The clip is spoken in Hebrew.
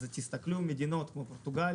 ומדינות כמו פורטוגל